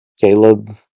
Caleb